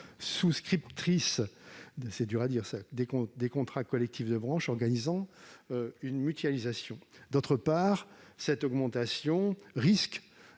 souscriptrices des contrats collectifs de branche organisant une mutualisation. D'autre part, cette augmentation risque